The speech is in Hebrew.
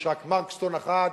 יש רק "מרקסטון" אחת,